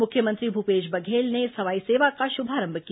मुख्यमंत्री भूपेश बघेल ने इस हवाई सेवा का शुभारंभ किया